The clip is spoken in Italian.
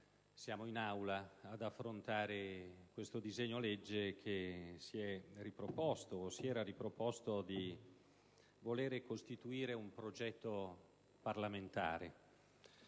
ora in Aula ad affrontare il disegno di legge che si è riproposto - o si era riproposto - di costituire un progetto parlamentare.